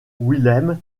wilhelm